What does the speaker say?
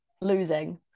losing